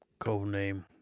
Codename